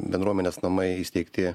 bendruomenės namai įsteigti